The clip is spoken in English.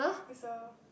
it's a